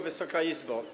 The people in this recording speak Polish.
Wysoka Izbo!